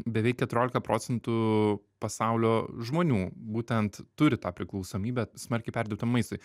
beveik keturiolika procentų pasaulio žmonių būtent turi tą priklausomybę smarkiai perdėtam maistui